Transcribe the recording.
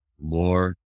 more